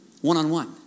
one-on-one